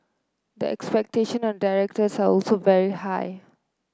the expectation on directors are also very high